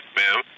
ma'am